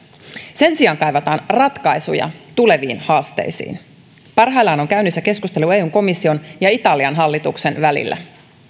sen sijaan kaivataan ratkaisuja tuleviin haasteisiin parhaillaan on käynnissä keskustelu eun komission ja italian hallituksen välillä